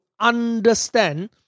Understand